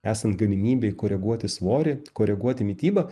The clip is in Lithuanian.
esant galimybei koreguoti svorį koreguoti mitybą